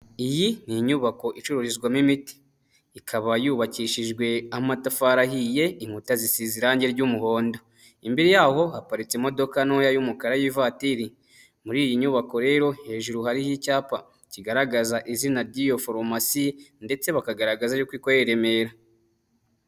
Iyi ni inyubako icururizwamo imiti. Ikaba yubakishijwe amatafari ahiye, inkuta zisize irange ry'umuhondo. Imbere yaho haparitse imodoka ntoya y'umukara, y'ivatiri. Muri iyi nyubako rero hejuru hariho icyapa kigaragaza izina ry'iyo foromasi, ndetse bakagaragaza yuko ikorera i Remera.